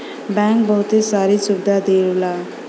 bank बहुते सारी सुविधा देवला